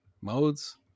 modes